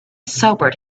sobered